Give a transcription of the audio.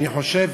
אני חושב